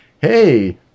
Hey